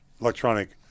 electronic